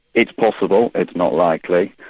it's possible, it's not likely.